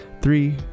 Three